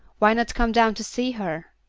why not come down to see her?